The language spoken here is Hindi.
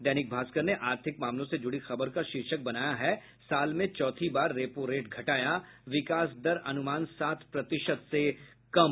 दैनिक भास्कर ने आर्थिक मामलों से जूड़ी खबर का शीर्षक बनाया है साल में चौथी बार रेपो रेट घटाया विकास दर अनुमान सात प्रतिशत से कम